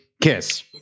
KISS